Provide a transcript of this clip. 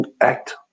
act